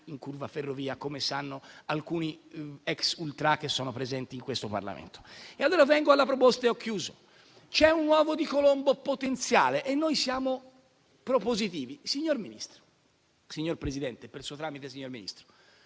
in curva Ferrovia, come sanno alcuni ex ultrà che sono presenti in questo Parlamento. Allora vengo alla proposta, e ho chiuso. C'è un uovo di Colombo potenziale e noi siamo propositivi. Signor Presidente e, per suo tramite, signor Ministro,